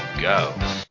go